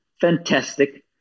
fantastic